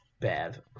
bad